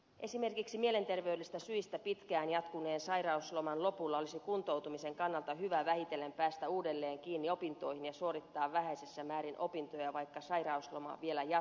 esimerkiksi mielenterveydellisistä syistä pitkään jatkuneen sairausloman lopulla olisi kuntoutumisen kannalta hyvä vähitellen päästä uudelleen kiinni opintoihin ja suorittaa vähäisessä määrin opintoja vaikka sairausloma vielä jatkuukin